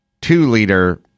two-liter